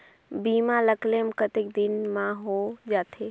बीमा ला क्लेम कतेक दिन मां हों जाथे?